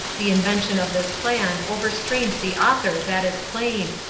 the invention of this plan overstrained the author that is plain,